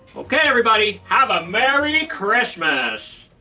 okay, everybody have a merry christmas.